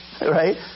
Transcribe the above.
Right